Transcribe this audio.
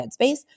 headspace